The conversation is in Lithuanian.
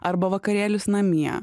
arba vakarėlis namie